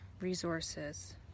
resources